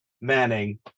Manning